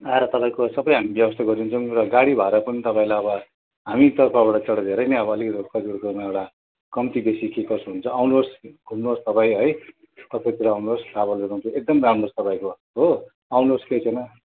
आएर तपाईँको सबै हामी व्यवस्था गरिदिन्छौंँ र गाडीभाडा पनि तपाईँलाई आब हामीतर्फबाट अब धेरै नै अब अलिकति कतिवटा कुरोमा एउटा कम्ती बेसी के कसो हुन्छ आउनुहोस् घुम्नुहोस् तपाईँ है कफेरतिर आउनुहोस् ट्राभल एजेन्सी एकदमै राम्रो छ तपाईँको हो आउनुहोस् केही छैन